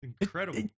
incredible